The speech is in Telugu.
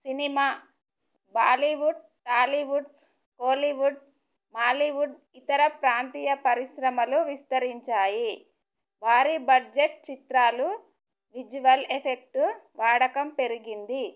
సినిమా బాలీవుడ్ టాలీవుడ్ కోలివుడ్ మాలీవుడ్ ఇతర ప్రాంతీయ పరిశ్రమలు విస్తరించాయి వారీ బడ్జెట్ చిత్రాలు విజువల్ ఎఫెక్టు వాడకం పెరిగింది